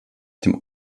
dem